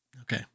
Okay